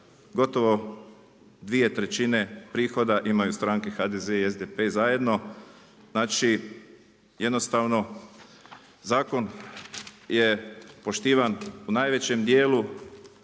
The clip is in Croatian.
gotovo dvije trećine imaju stranke HDZ i SDP zajedno. Znači jednostavno zakon je poštivan u najvećem dijelu